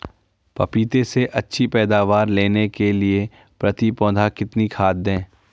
पपीते से अच्छी पैदावार लेने के लिए प्रति पौधा कितनी खाद दें?